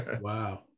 Wow